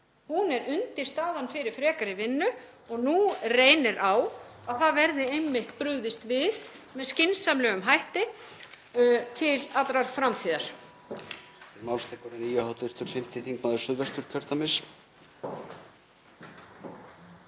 Hún er undirstaðan fyrir frekari vinnu og nú reynir á að það verði einmitt brugðist við með skynsamlegum hætti til allrar framtíðar.